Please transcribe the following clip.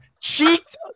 cheeked